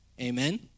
Amen